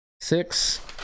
six